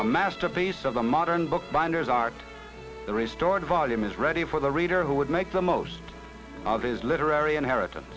a masterpiece of the modern bookbinders art the restored volume is ready for the reader who would make the most of his literary inheritance